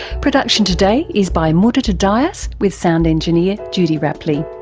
production today is by muditha dias with sound engineer judy rapley.